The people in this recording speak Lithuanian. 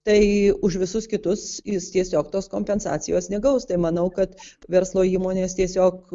tai už visus kitus jis tiesiog tos kompensacijos negaus tai manau kad verslo įmonės tiesiog